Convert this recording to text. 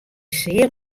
sear